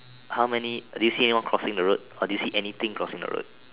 how many do you see anyone crossing the road or do you see anything cross the road